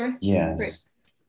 yes